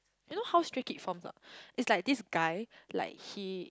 you know how Stray-Kids forms not is like this guy like he